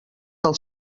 del